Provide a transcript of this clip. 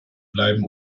bleiben